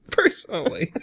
personally